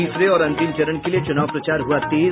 तीसरे और अंतिम चरण के लिये चुनाव प्रचार हुआ तेज